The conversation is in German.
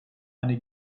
eine